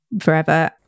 forever